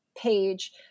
page